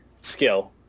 skill